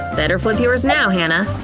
better flip yours now, hannah.